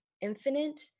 infinite